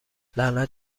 لعنت